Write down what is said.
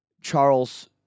Charles